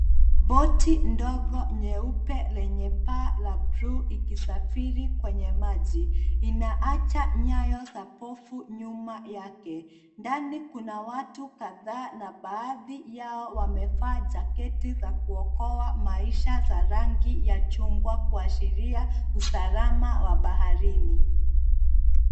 Boti ndogo nyeupe lenye paa la bluu ikisafiri kwenye maji. Inaacha nyayo za pofu nyuma yake. Ndani kuna watu kadhaa na baadhi yao wamevaa jaketi za kuokoa maisha za rangi ya chungwa kuashiria usalama wa baharini.